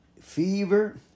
Fever